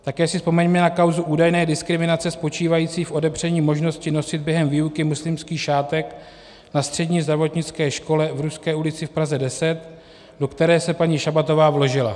Také se vzpomeňme na kauzu údajné diskriminace spočívají v odepření možnosti nosit během výuky muslimský šátek na Střední zdravotnické škole v Ruské ulici v Praze 10, do které se paní Šabatová vložila.